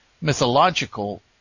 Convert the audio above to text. Mythological